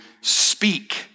speak